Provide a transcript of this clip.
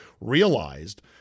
realized